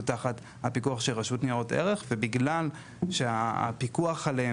תחת הפיקוח של רשות ניירות ערך ובגלל הפיקוח עליהם